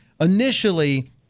initially—